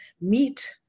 meet